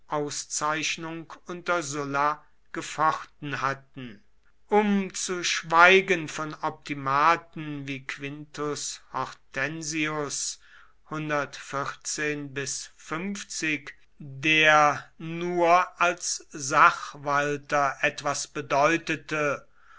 auszeichnung unter sulla gefochten hatten um zu schweigen von optimaten wie quintus hortensius der nur als sachwalter etwas bedeutete